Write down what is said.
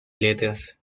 letras